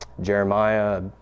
Jeremiah